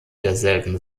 derselben